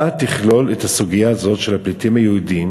אתה תכלול את הסוגיה הזאת של הפליטים היהודים